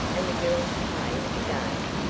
and the girls played again.